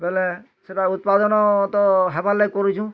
ବୋଇଲେ ସେଇଟା ଉତ୍ପାଦନ ତ ହେବାର୍ ଲାଗେ କରୁଛୁଁ